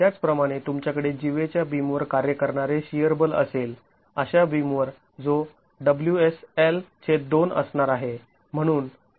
त्याचप्रमाणे तुमच्याकडे जीवे च्या बीमवर कार्य करणारे शिअर बल असेल अशा बीमवर जो असणार आहे